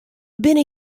binne